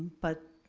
but,